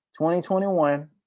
2021